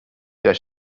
der